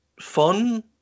fun